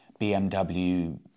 BMW